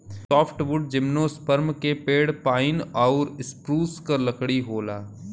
softwood gymnosperm के पेड़ pine आउर स्प्रूस क लकड़ी होला